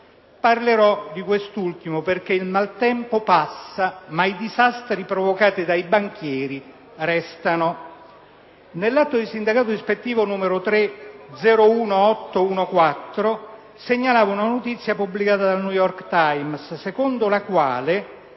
Affrontero` quest’ultimo tema, perche´ il maltempo passa, mentre i disastri provocati dai banchieri restano. Nell’atto di sindacato ispettivo 3-01814 segnalavo una notizia pubblicata dal «New York Times», secondo la quale